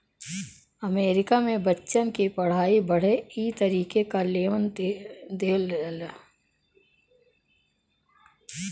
अमरीका मे बच्चन की पढ़ाई बदे ई तरीके क लोन देवल जाला